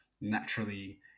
naturally